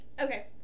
Okay